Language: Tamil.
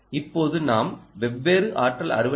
இப்போது நாம் வெவ்வேறு ஆற்றல் அறுவடை ஐ